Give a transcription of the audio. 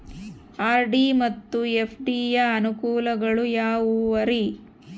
RD ಮತ್ತು FD ಯ ಅನುಕೂಲಗಳು ಯಾವ್ಯಾವುರಿ?